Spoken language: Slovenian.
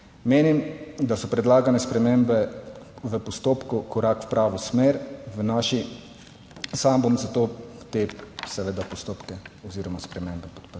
Menim, da so predlagane spremembe v postopku korak v pravo smer. Sam bom zato te postopke oziroma spremembe podprl.